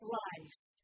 life